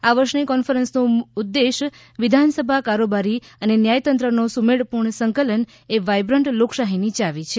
આ વર્ષની કોન્ફરન્સનો ઉદ્દેશ વિધાનસભા કારોબારી અને ન્યાયતંત્રનો સુમેળપૂર્ણ સંકલન એ વાઇબ્રન્ટ લોકશાહીની ચાવી છે